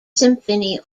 symphony